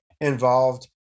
involved